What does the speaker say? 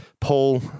Paul